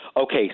Okay